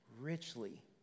richly